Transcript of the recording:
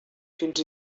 fins